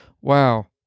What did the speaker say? wow